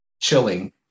chilling